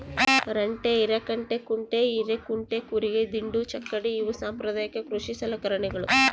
ರಂಟೆ ಹಿರೆರಂಟೆಕುಂಟೆ ಹಿರೇಕುಂಟೆ ಕೂರಿಗೆ ದಿಂಡು ಚಕ್ಕಡಿ ಇವು ಸಾಂಪ್ರದಾಯಿಕ ಕೃಷಿ ಸಲಕರಣೆಗಳು